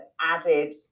added